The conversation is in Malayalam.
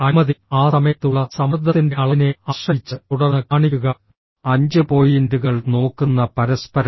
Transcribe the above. അനുമതി ആ സമയത്ത് ഉള്ള സമ്മർദ്ദത്തിന്റെ അളവിനെ ആശ്രയിച്ച് തുടർന്ന് കാണിക്കുക അഞ്ച് പോയിന്റുകൾ നോക്കുന്ന പരസ്പരം